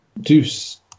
Deuce